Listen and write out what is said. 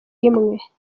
imwe